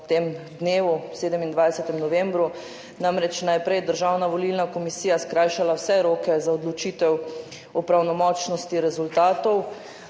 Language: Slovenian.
po tem dnevu, 27. novembru. Namreč, najprej je Državna volilna komisija skrajšala vse roke za odločitev o pravnomočnosti rezultatov.